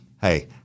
Hey